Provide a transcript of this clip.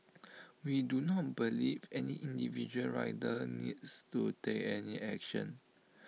we do not believe any individual rider needs to take any action